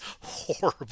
horrible